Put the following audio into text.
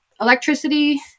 electricity